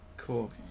Cool